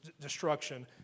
destruction